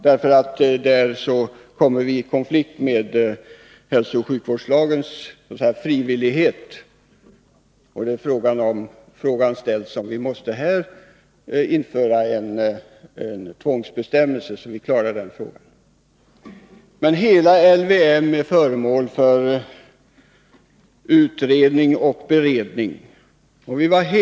Där kommer vi nämligen i konflikt med hälsooch sjukvårdslagens frivillighet. Frågan ställs här om vi måste införa en tvångsbestämmelse för att klara detta. Hela LVM är föremål för utredning och beredning.